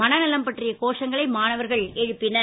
மனநலம் பற்றிய கோஷங்களை மாணவர்கள் எழுப்பினர்